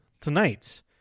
tonight